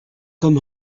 come